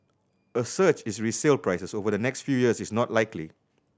a surge in resale prices over the next few years is not likely